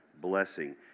blessing